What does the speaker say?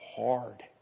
hard